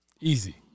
Easy